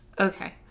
Okay